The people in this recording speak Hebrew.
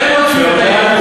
אתם הסיקריקים.